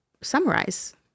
summarize